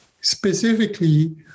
specifically